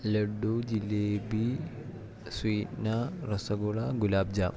laddu jalebi Sweetna rasgulla ഗുലാബ്ജാം